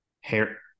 hair